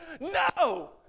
No